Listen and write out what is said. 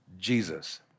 Jesus